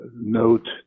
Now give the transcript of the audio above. note